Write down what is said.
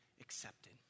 accepted